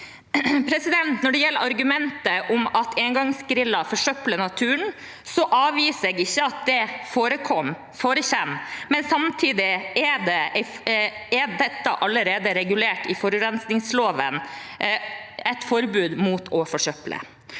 Når det gjelder argumentet om at engangsgriller forsøpler naturen, avviser jeg ikke at det forekommer. Samtidig er dette allerede regulert i forurensningsloven gjennom et forbud mot å forsøple.